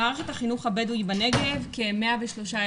במערכת החינוך הבדואי בנגב כ-103,000